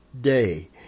day